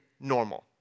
normal